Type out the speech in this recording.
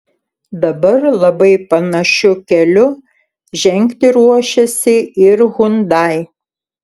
dabar labai panašiu keliu žengti ruošiasi ir hyundai